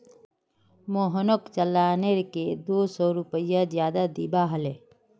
मोहनक चालानेर के दो सौ रुपए ज्यादा दिबा हले